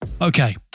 Okay